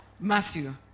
Matthew